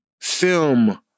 film